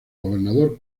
gobernador